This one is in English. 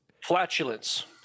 flatulence